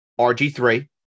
RG3